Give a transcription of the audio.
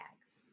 tags